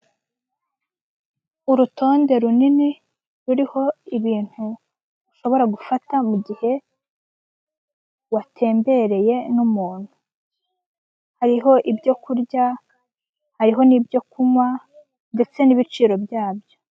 Urutonde runini ruriho ibintu ushobora gufata mu gihe watembereye n'umuntu, hariho ibyo kurya, hariho ibyo kunywa ndetse n'ibiciro byabyo.